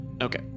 Okay